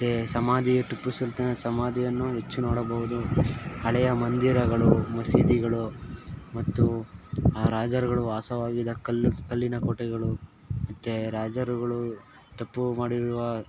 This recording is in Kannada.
ಮತ್ತೆ ಸಮಾಧಿ ಟಿಪ್ಪು ಸುಲ್ತಾನನ ಸಮಾಧಿಯನ್ನು ಹೆಚ್ಚು ನೋಡಬೌದು ಹಳೆಯ ಮಂದಿರಗಳು ಮಸೀದಿಗಳು ಮತ್ತು ಆ ರಾಜರುಗಳು ವಾಸವಾಗಿದ್ದ ಕಲ್ಲು ಕಲ್ಲಿನ ಕೋಟೆಗಳು ಮತ್ತು ರಾಜರುಗಳು ತಪ್ಪು ಮಾಡಿರುವ